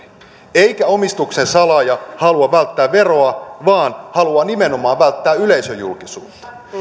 eikä omistuksen salaaja halua välttää veroa vaan haluaa nimenomaan välttää yleisöjulkisuutta